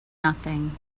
nothing